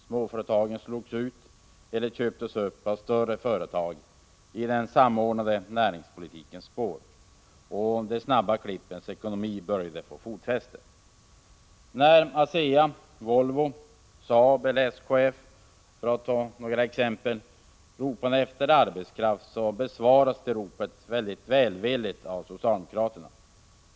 Småföretagen slogs ut eller köptes upp av större företag i den samordnade näringspolitikens spår. De snabba klippens ekonomi började få fotfäste. När ASEA, Volvo, Saab eller SKF-— för att ta några exempel — ropade efter arbetskraft besvarades det ropet mycket välvilligt av socialdemokraterna.